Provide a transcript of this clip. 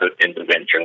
intervention